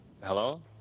Hello